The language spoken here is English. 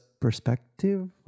perspective